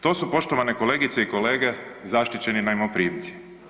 To su, poštovani kolegice i kolege, zaštićeni najmoprimci.